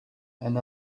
and